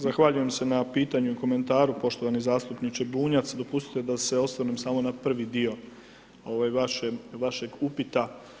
Zahvaljujem se na pitanju i komentaru poštovani zastupniče Bunjac, dopustite da se osvrnem samo na prvi dio ovog vašeg upita.